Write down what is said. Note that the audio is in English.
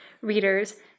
readers